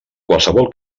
qualsevol